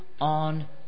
on